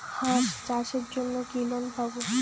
হাঁস চাষের জন্য কি লোন পাব?